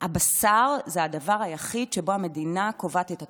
הבשר זה הדבר היחיד שבו המדינה קובעת את התוקף,